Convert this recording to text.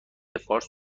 فارس